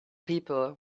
people